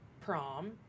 prom